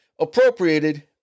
appropriated